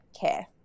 care